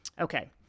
okay